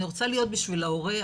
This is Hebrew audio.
אני רוצה להיות בשביל ההורה,